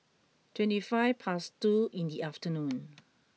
twenty five past two in the afternoon